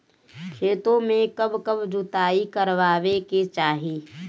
खेतो में कब कब जुताई करावे के चाहि?